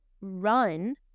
run